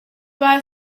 buy